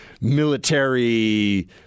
military